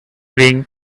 being